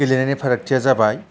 गेलेनायनि फारागथिया जाबाय